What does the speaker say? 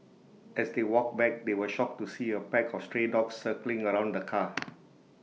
as they walked back they were shocked to see A pack of stray dogs circling around the car